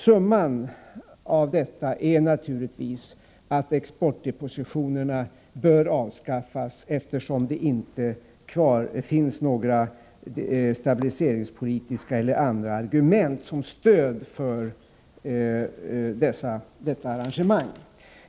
Summan av detta är naturligtvis att exportdepositionerna bör avskaffas, eftersom det inte finns några stabiliseringspolitiska eller andra argument som stöd för det arrangemanget.